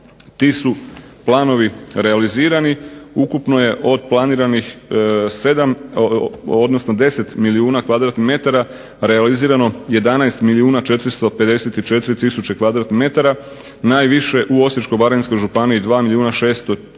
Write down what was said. Ti su planovi realizirani. Ukupno je od planiranih 7 odnosno 10 milijuna kvadratnih metara realizirano 11 milijuna 454000 kvadratnih metara. Najviše u Osječko-baranjskoj županiji 2 milijuna 616000